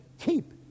keep